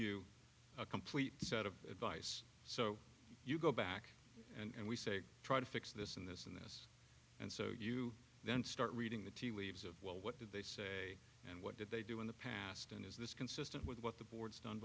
you a complete set of advice so you go back and we say try to fix this and this and and so you then start reading the tea leaves of well what did they say and what did they do in the past and is this consistent with what the board's done